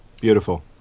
Beautiful